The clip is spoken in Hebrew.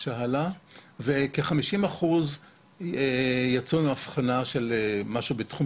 כ-50 אחוזים יצאו ממבחנה של משהו בתחום